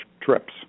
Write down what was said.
trips